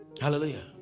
hallelujah